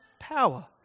power